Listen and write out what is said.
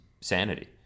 sanity